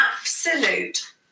absolute